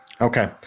Okay